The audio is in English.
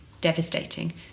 devastating